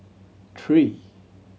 three